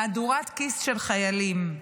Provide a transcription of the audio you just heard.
מהדורת כיס של חיילים.